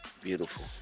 beautiful